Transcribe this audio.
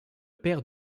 père